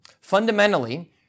Fundamentally